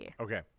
Okay